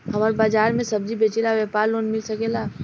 हमर बाजार मे सब्जी बेचिला और व्यापार लोन मिल सकेला?